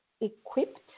equipped